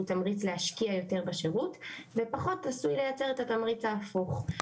תמריץ בעצם להשקיע יותר בשירות ופחות עשוי לייצר את התמריץ ההפוך.